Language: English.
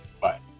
Bye